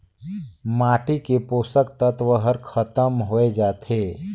माटी के पोसक तत्व हर खतम होए जाथे